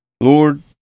Lord